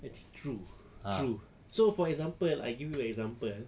actually true true so for example I give you an example